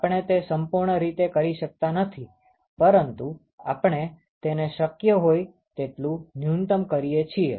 આપણે તે સંપૂર્ણ રીતે કરી શકતા નથી પરંતુ આપણે તેને શક્ય હોઈ તેટલું ન્યુનતમ કરી શકીએ છીએ